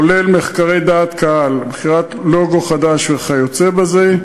כולל מחקרי דעת קהל, בחירת לוגו חדש וכיוצא בזה,